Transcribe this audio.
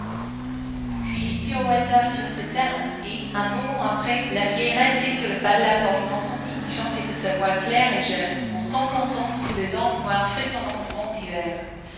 puis il pirouetta sur ses talons et un moment après la vieille restée sur le pas de la porte l'entendit qui chantait de sa voix claire et jeune en s'enfonçant sous les ormes noirs frissonnant au vent d'hiver